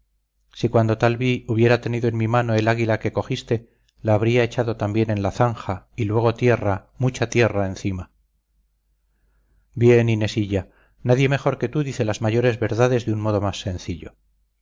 si cuando tal vi hubiera tenido en mi mano el águila que cogiste la habría echado también en la zanja y luego tierra mucha tierra encima bien inesilla nadie mejor que tú dice las mayores verdades de un modo más sencillo